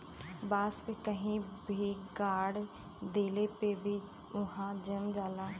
बांस के कहीं पे गाड़ देले पे भी उहाँ जम जाला